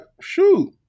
shoot